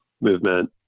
movement